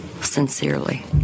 Sincerely